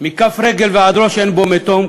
"מכף רגל ועד ראש אין בו מתֹם",